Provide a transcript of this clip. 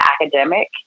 academic